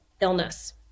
illness